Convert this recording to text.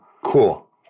Cool